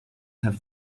have